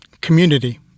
community